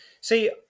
See